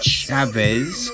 Chavez